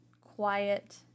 quiet